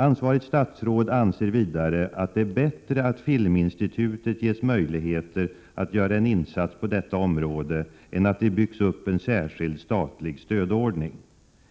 Ansvarigt statsråd anser vidare att det är bättre att Filminstitutet ges möjligheter att göra en insats på detta område än att det byggs upp en särskild statlig stödordning.